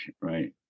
right